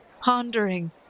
pondering